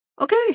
okay